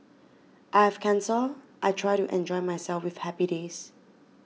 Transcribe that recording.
I have cancer I try to enjoy myself with happy days